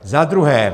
Za druhé...